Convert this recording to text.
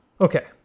Okay